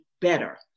better